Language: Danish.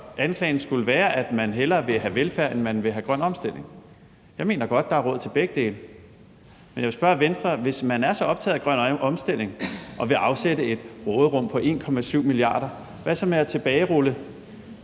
anklagen skulle være, at man hellere vil have velfærd, end man vil have grøn omstilling. Jeg mener godt, der er råd til begge dele. Men jeg vil spørge Venstre: Hvis man er så optaget af grøn omstilling og vil afsætte et råderum på 1,7 mia. kr., hvad så med at tilbagerulle